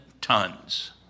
tons